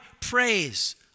praise